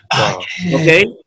okay